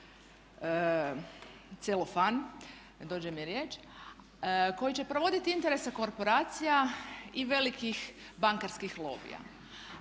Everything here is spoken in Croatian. celofan, ne dođe mi riječ, koji će provoditi interese korporacija i velikih bankarskih lobija,